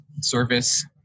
service